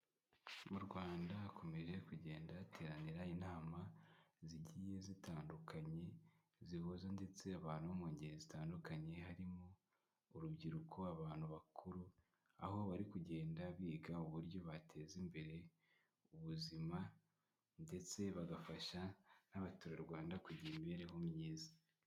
Mu Rwanda hakomeje kugenda hateranira inama zigiye zitandukanye zihuza ndetse abantu bo mu ngeri zitandukanye, harimo urubyiruko, abantu bakuru, aho bari kugenda biga uburyo bateza imbere ubuzima ndetse bagafasha n'abaturarwanda kugira imibereho myiza.